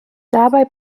dabei